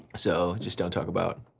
so just don't talk about